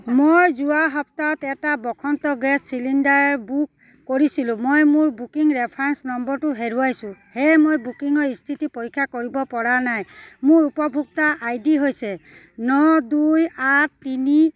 মই যোৱা সপ্তাহত এটা বসন্ত গেছ চিলিণ্ডাৰ বুক কৰিছিলোঁ মই মোৰ বুকিং ৰেফাৰেঞ্চ নম্বৰটো হেৰুৱাইছোঁ সেয়েহে মই বুকিঙৰ স্থিতি পৰীক্ষা কৰিব পৰা নাই মোৰ উপভোক্তা আই ডি হৈছে ন দুই আঠ তিনি